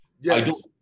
Yes